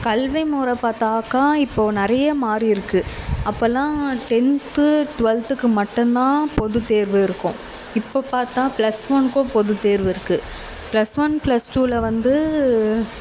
கல்விமுறை பார்த்தாக்கா இப்போது நிறைய மாறி இருக்குது அப்பெல்லாம் டென்த்து ட்வெல்த்துக்கு மட்டும்தான் பொதுத்தேர்வு இருக்கும் இப்போது பார்த்தா ப்ளஸ் ஒன்றுக்கும் பொதுத்தேர்வு இருக்குது ப்ளஸ் ஒன் ப்ளஸ் டூவில் வந்து